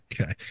okay